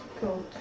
Cool